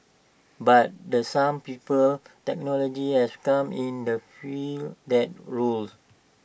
but the some people technology has come in the fill that roles